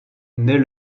naît